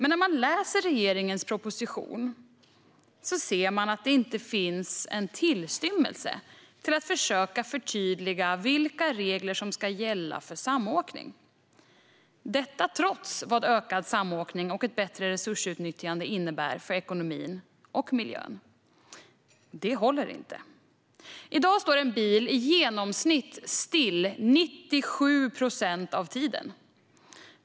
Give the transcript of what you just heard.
När man läser regeringens proposition ser man att det inte finns en tillstymmelse till att försöka förtydliga vilka regler som ska gälla för samåkning - trots vad ökad samåkning och ett bättre resursutnyttjande innebär för ekonomin och miljön. Det håller inte. I dag står en bil i genomsnitt stilla 97 procent av tiden.